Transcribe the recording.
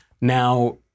Now